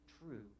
true